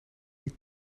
niet